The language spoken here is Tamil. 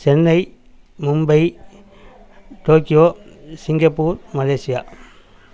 Chennai Mumbai Tokyo Singapore Malaysia